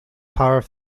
part